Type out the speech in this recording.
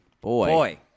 Boy